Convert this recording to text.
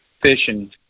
fishing